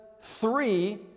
three